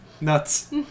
nuts